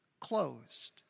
closed